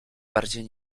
bardziej